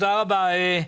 תודה רבה.